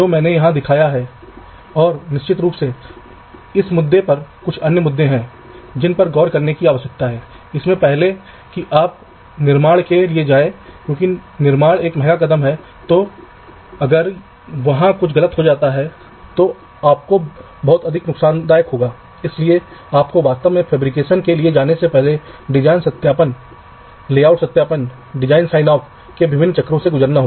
तो पावर और ground pin केवल चिप भर में हर जगह मौजूद होते हैं और जिन कारणों के बारे में मैंने अभी बात की है वे आम तौर पर एक ही परत और धातु की परत पर रखी जाती हैं अन्य परतों पर क्यों नहीं